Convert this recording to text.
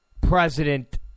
president